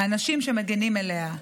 האנשים שמגינים עליה.